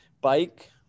bike